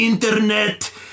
internet